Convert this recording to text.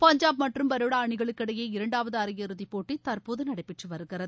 பஞ்சாப் மற்றும் பரோடா அணிகளுக்கு இளடயே இரண்டாவது அரையிறுதி போட்டி தற்போது நடைபெற்று வருகிறது